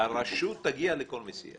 הרשות תגיע לכל מסיע.